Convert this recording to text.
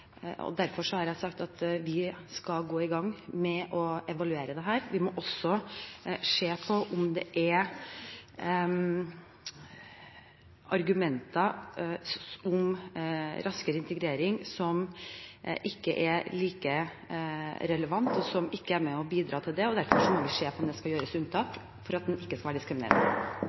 har jeg sagt at vi skal gå i gang med å evaluere dette. Vi må også se på om det er argumenter for raskere integrering som ikke er like relevante, og som ikke er med på å bidra til det. Derfor må vi se på om det skal gjøres unntak for at en ikke skal være